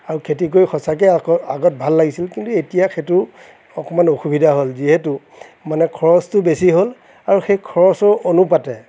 আৰু খেতি কৰি সঁচাকৈয়ে আগত আগত ভাল লাগিছিল কিন্তু এতিয়া সেইটো অকণমান অসুবিধা হ'ল যিহেতু মানে খৰচটো বেছি হ'ল আৰু সেই খৰচৰ অনুপাতে